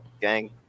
Gang